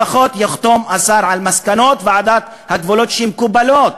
לפחות יחתום השר על מסקנות ועדת הגבולות שמקובלות